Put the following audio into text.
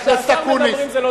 וכשאחרים מדברים זה לא דיון רציני.